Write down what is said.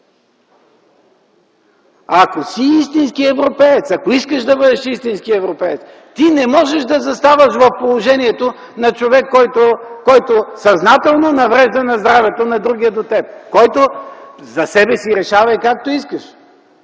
Ако си истински европеец, ако искаш да бъдеш истински европеец, не можеш да заставаш в положението на човек, който съзнателно наврежда на здравето на другия до теб. За себе си решавай както искаш,